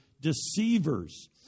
deceivers